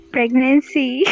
Pregnancy